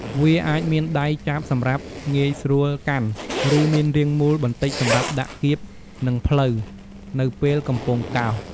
វាអាចមានដៃចាប់សម្រាប់ងាយស្រួលកាន់ ឬមានរាងមូលបន្តិចសម្រាប់ដាក់គៀបនឹងភ្លៅនៅពេលកំពុងកោស។